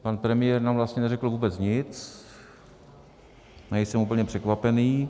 Pan premiér nám vlastně neřekl vůbec nic, nejsem úplně překvapený.